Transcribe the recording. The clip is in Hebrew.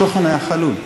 התוכן היה חלול,